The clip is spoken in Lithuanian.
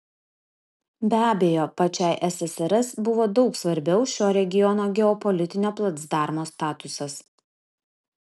be abejo pačiai ssrs buvo daug svarbiau šio regiono geopolitinio placdarmo statusas